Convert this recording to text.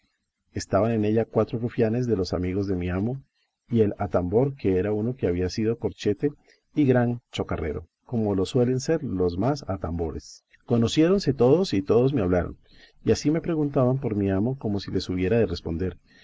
estaban en ella cuatro rufianes de los amigos de mi amo y el atambor era uno que había sido corchete y gran chocarrero como lo suelen ser los más atambores conociéronme todos y todos me hablaron y así me preguntaban por mi amo como si les hubiera de responder